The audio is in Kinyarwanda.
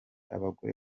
abagore